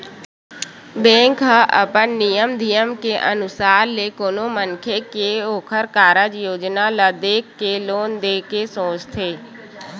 bank ह अपन नियम धियम के अनुसार ले कोनो मनखे के ओखर कारज योजना ल देख के लोन देय के सोचथे